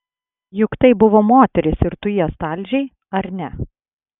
juk tai buvo moterys ir tu jas talžei ar ne